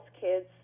kids